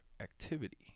activity